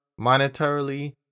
monetarily